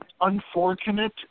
unfortunate